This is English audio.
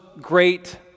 great